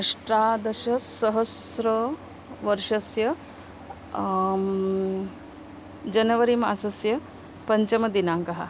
अष्टादशसहस्रतमवर्षस्य जनवरिमासस्य पञ्चमदिनाङ्कः